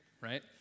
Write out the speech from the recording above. right